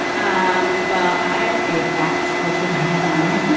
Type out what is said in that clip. um well, i am a fat ultra marathoner.